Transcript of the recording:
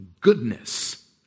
goodness